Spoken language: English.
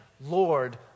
Lord